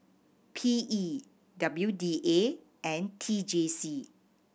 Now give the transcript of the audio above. P E W D A and T J C